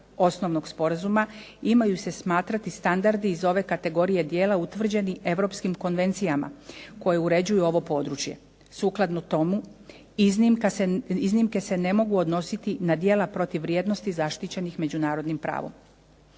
osnovnog sporazuma imaju se smatrati standardi iz ove kategorije djela utvrđeni europskim konvencijama koje uređuju ovo područje. Sukladno tomu iznimke se ne mogu odnositi na djela protiv vrijednosti zaštićenih međunarodnim pravom.